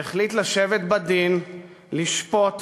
שהחליט לשבת בדין, לשפוט,